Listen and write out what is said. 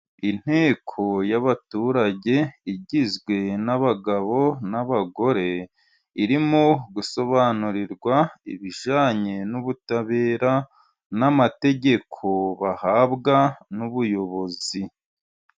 Inteko y'abaturage igizwe n'abagabo n'abagore, irimo gusobanurirwa ibijyanye n'ubutabera n'amategeko bahabwa n'ubuyobozi.